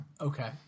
Okay